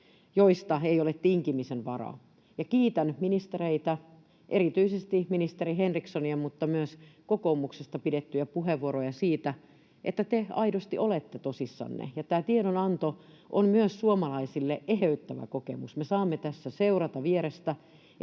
joista ei ole tinkimisen varaa. Kiitän ministereitä, erityisesti ministeri Henrikssonia, mutta myös kokoomuksesta pidettyjä puheenvuoroja siitä, että te aidosti olette tosissanne. Tämä tiedonanto on myös suomalaisille eheyttävä kokemus. Me saamme tässä seurata vierestä,